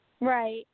Right